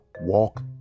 walk